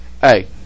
Hey